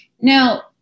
now